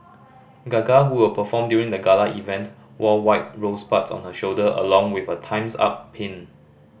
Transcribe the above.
gaga who will perform during the gala event wore white rosebuds on her shoulder along with a Time's Up pin